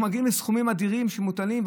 אנחנו מגיעים לסכומים אדירים שמוטלים,